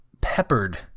peppered